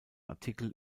artikel